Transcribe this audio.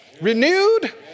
renewed